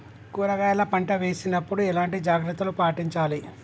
కూరగాయల పంట వేసినప్పుడు ఎలాంటి జాగ్రత్తలు పాటించాలి?